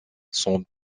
sont